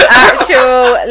actual